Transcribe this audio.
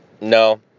No